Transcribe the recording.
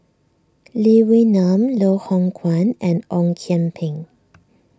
Lee Wee Nam Loh Hoong Kwan and Ong Kian Peng